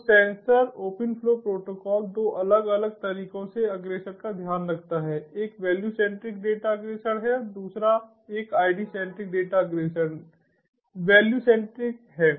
तो sensor open flow protocol दो अलग अलग तरीकों से अग्रेषण का ध्यान रखता है एक वैल्यू सेंट्रिक डाटा अग्रेषण है दूसरा एक ID सेंट्रिक डाटा अग्रेषण वैल्यू सेंट्रिक है